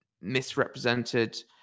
misrepresented